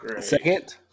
Second